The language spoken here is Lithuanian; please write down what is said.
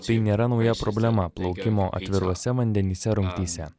tai nėra nauja problema plaukimo atviruose vandenyse rungtyse